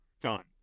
done